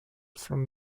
from